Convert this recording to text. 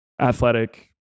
athletic